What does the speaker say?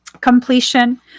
Completion